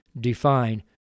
define